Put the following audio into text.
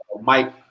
Mike